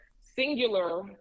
singular